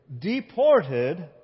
deported